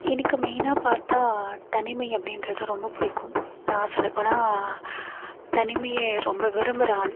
எனக்கு மெயினா பார்த்தா தனிமை அப்படின்றது ரொம்ப பிடிக்கும் நான் சொல்லப் போனால் தனிமையை ரொம்ப விரும்புகிற ஆள்